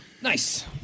Nice